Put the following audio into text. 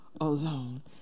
alone